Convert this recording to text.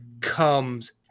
comes